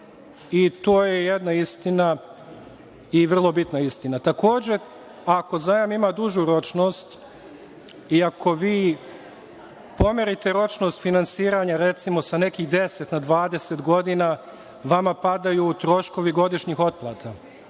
To je jedna istina i vrlo bitna istina. Takođe, ako zajam ima dužu ročnost i ako vi pomerite ročnost finansiranja, recimo, sa nekih 10 na 20 godina, vama padaju troškovi godišnjih otplata.